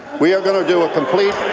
we are going to do a complete